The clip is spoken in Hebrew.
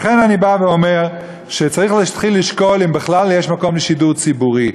לכן אני בא ואומר שצריך להתחיל לשקול אם בכלל יש מקום לשידור ציבורי.